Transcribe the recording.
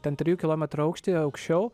ten trijų kilometrų aukštyje aukščiau